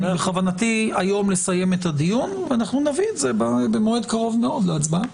בכוונתי היום לסיים את הדיון ואנחנו נביא את זה במועד קרוב מאוד להצבעה.